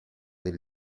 del